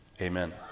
Amen